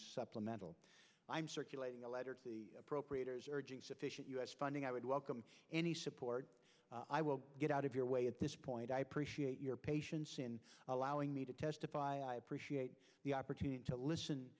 supplemental i'm circulating a letter appropriators urging sufficient u s funding i would welcome any support i will get out of your way at this point i appreciate your patience in allowing me to testify i appreciate the opportunity to listen